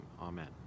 amen